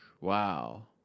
Wow